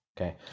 okay